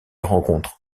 rencontre